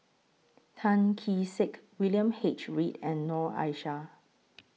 Tan Kee Sek William H Read and Noor Aishah